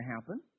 happen